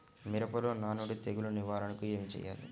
మిరపలో నానుడి తెగులు నివారణకు ఏమి చేయాలి?